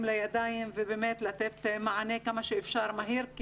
לידיים ובאמת לתת מענה כמה שאפשר מהיר,